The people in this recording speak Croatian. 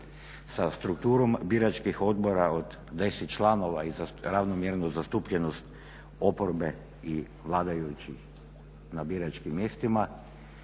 sa strukturom biračkih odbora od 10 članova i ravnomjernu zastupljenost oporbe i vladajućih na biračkim mjestima,